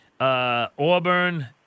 Auburn